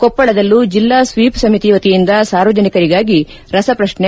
ಕೊಪ್ಪಳದಲ್ಲೂ ಜಿಲ್ಲಾ ಸ್ವೀಷ್ ಸಮಿತಿ ವತಿಯಿಂದ ಸಾರ್ವಜನಿಕರಿಗಾಗಿ ರಸಪ್ರಶ್ನೆ